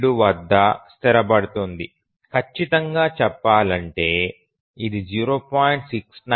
7 వద్ద స్థిరపడుతుంది ఖచ్చితంగా చెప్పాలంటే ఇది 0